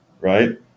right